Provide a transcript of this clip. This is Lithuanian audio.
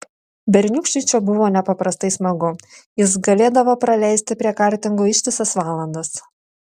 berniūkščiui čia buvo nepaprastai smagu jis galėdavo praleisti prie kartingų ištisas valandas